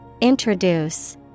Introduce